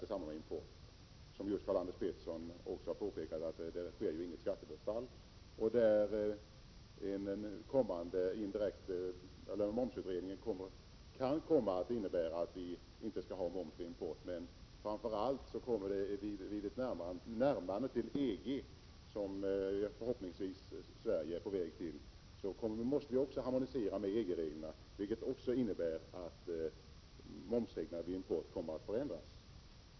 I samband med import sker det som Karl-Anders Petersson har påpekat inget skattebortfall. Momsutredningen kan komma att få till resultat att vi inte skall ha moms på import, men framför allt måste vi vid ett närmande till EG, som Sverige förhoppningsvis håller på att åstadkomma, harmonisera vår lagstiftning med EG-reglerna, vilket också innebär att momsreglerna vid import kommer att förändras.